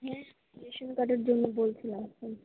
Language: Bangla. হ্যাঁ রেশন কার্ডের জন্য বলছিলাম হুম